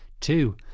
two